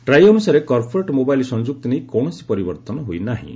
TRAI ଅନୁସାରେ corporate mobile ସଂଯୁକ୍ତି ନେଇ କୌଣସି ପରିବର୍ତ୍ତନ ହୋଇନାହିଁ